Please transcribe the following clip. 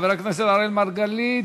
חבר הכנסת אראל מרגלית,